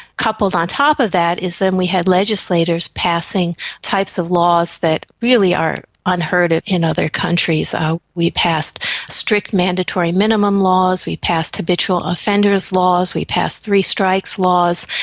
coupled on top of that is then we had legislators passing types of laws that really are unheard of in other countries. we passed strict mandatory minimum laws, we passed habitual offenders laws, we passed three strikes laws.